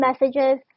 messages